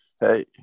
Hey